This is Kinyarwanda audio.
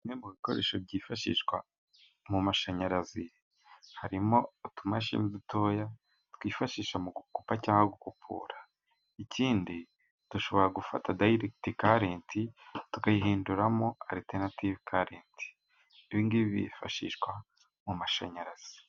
Bimwe mu bikoresho byifashishwa mu mashanyarazi; harimo utumashini dutoya twifashisha mu gukupa cyangwa gukupura, ikindi dushobora gufata direkiti Kareti tukayihinduramo aritenative kareti n'ibindi bifashishwa mu mashanyarazi.